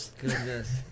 Goodness